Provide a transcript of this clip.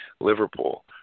Liverpool